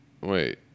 wait